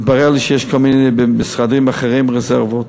התברר שיש בכל מיני משרדים אחרים רזרבות